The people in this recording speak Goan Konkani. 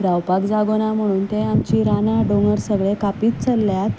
रावपाक जागो ना म्हणून ते आमचीं रानां दोंगर सगळे कापीत चल्ल्यात